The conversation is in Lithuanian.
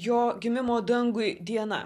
jo gimimo dangui diena